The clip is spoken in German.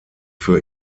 für